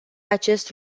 acest